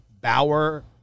Bauer